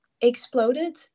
exploded